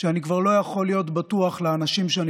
שאני כבר לא יכול להיות בטוח מול האנשים שאני